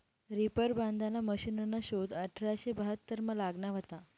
reaper बांधाना मशिनना शोध अठराशे बहात्तरमा लागना व्हता